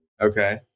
Okay